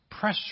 pressure